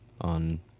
on